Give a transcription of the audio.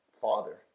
father